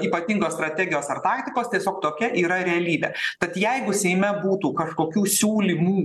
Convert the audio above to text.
ypatingos strategijos ar taktikos tiesiog tokia yra realybė tad jeigu seime būtų kažkokių siūlymų